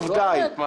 דרך